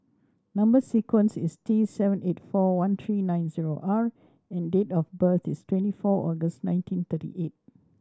number sequence is T seven eight four one three nine zero R and date of birth is twenty four August nineteen thirty eight